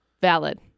Valid